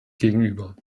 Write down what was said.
gegenüber